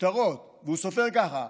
שטרות והוא ספר כך: